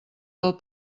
del